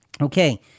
Okay